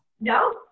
No